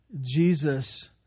Jesus